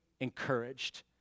encouraged